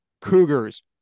Cougars